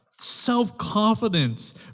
self-confidence